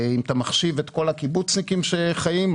אם אתה מחשיב את כל הקיבוצניקים שחיים שם,